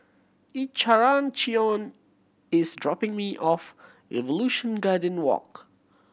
Encarnacion is dropping me off Evolution Garden Walk